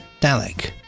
dalek